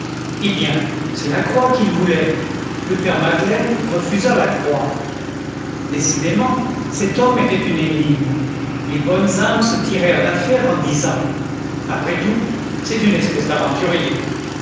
eh bien c'est la croix qu'il voulait le père madeleine refusa la croix décidément cet homme était une énigme les bonnes âmes se tirèrent d'affaire en disant après tout c'est une espèce d'aventurier